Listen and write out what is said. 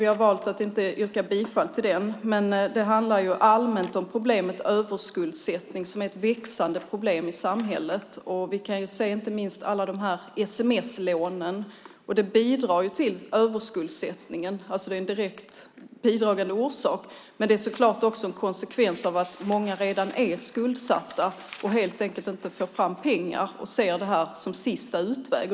Vi har valt att inte yrka bifall till den. Men det handlar allmänt om problemet med överskuldsättning som är ett växande problem i samhället. Vi kan inte minst se alla sms-lånen. De bidrar till överskuldsättningen. Detta är en direkt bidragande orsak, men det är så klart också en konsekvens av att många redan är skuldsatta och helt enkelt inte får fram pengar och ser det här som en sista utväg.